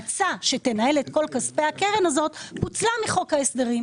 אולי הם הלכו לשמור על התושבים שלהם במקום לרוץ לוועדת הכספים בחצות?